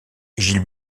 gilles